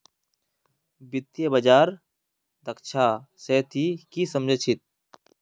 वित्तीय बाजार दक्षता स ती की सम झ छि